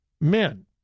men